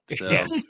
yes